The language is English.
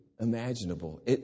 imaginable